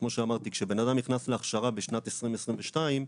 כמו שאמרתי, כשבן נכנס להכשרה בשנת 2022,